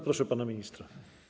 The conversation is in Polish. Proszę pana ministra.